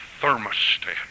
thermostat